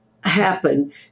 happen